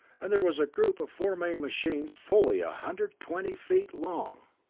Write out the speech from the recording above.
and there was a group of four main machines fully a hundred twenty feet long!